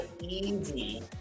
easy